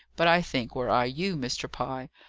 but, i think, were i you, mr. pye,